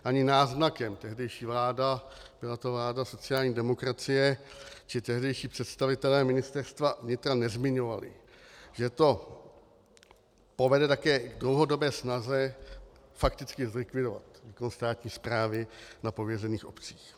Ani náznakem tehdejší vláda, byla to vláda sociální demokracie, či tehdejší představitelé Ministerstva vnitra nezmiňovali, že to povede také k dlouhodobé snaze fakticky zlikvidovat výkon státní správy na pověřených obcích.